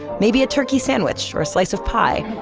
maybe a turkey sandwich, or a slice of pie.